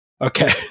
Okay